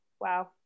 Wow